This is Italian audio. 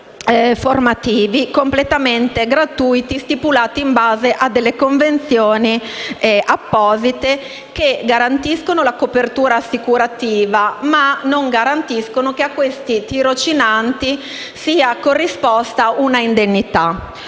formativi completamente gratuiti, stipulati in base a delle convenzioni apposite, che garantiscono la copertura assicurativa ma non garantiscono che a questi tirocinanti sia corrisposta una indennità.